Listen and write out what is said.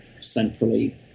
centrally